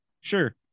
Sure